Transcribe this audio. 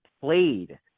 played